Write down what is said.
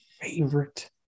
favorite